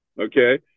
okay